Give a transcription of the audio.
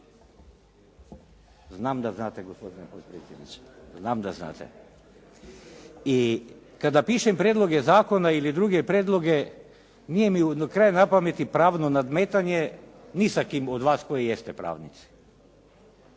Znam da znate, gospodine potpredsjedniče. Znam da znate. I kada pišem prijedloge zakona ili druge prijedloge nije mi ni na kraj pameti pravno nadmetanje ni sa kim od vas koji jeste pravnici,